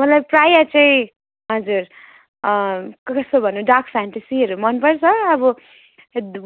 मलाई प्रायः चाहिँ हजुर कसो भन्नु डार्क फ्यान्टसीहरू मन पर्छ अब